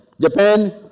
Japan